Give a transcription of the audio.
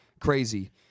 crazy